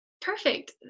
Perfect